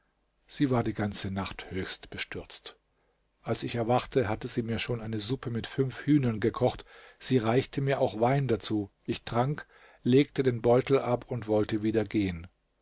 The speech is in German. sie war die ganze nacht höchst bestürzt als ich erwachte hatte sie mir schon eine suppe mit fünf hühnern gekocht sie reichte mir auch wein dazu ich trank legte den beutel ab und wollte wieder gehen